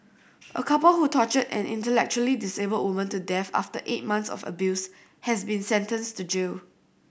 a couple who tortured an intellectually disabled woman to death after eight months of abuse has been sentenced to jail